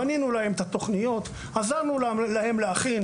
בנינו להם את התכניות,